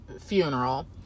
funeral